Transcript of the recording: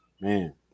man